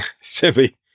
Simply